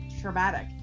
traumatic